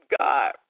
God